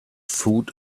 food